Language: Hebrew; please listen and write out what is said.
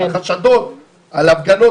החשדות על הפגנות,